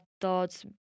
thoughts